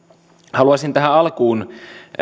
haluaisin tähän alkuun